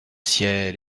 ciel